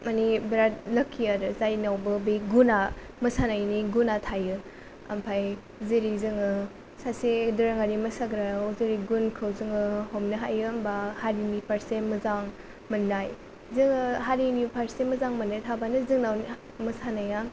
माने बिराद लाक्कि आरो जायनावबो बे गुनआ मोसानायनि गुना थायो ओमफ्राय जेरै जोङो सासे दोरोङारि मोसाग्रानाव जोङो गुनखौ जोङो हमनो हायो होनबा हारिनि फारसे मोजां मोननाय जोङो हारिनि फारसे मोजां मोननाय थाबानो जोंनाव मोसानाया